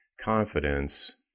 confidence